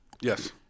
Yes